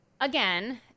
again